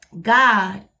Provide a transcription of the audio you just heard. God